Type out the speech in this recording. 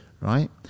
Right